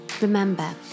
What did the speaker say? Remember